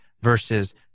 versus